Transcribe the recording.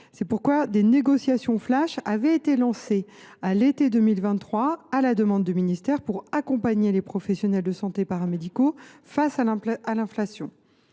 C’est pourquoi des négociations flash avaient été lancées à l’été 2023, à la demande de ses services, afin d’accompagner les professionnels de santé paramédicaux face à l’inflation.